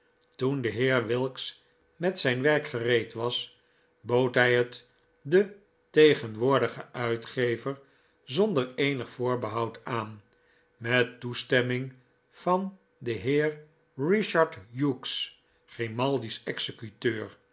toen de heer wilks met zijn werk gereed was bood hij het den tegenwoordigen uitgever zonder eenig voorbehoud aan met toestemming van den heer richard hughes grimaldi's executeur